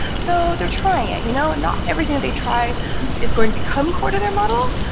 so they're trying it. you know not everything that they try is going to become core to their model,